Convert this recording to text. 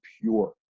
pure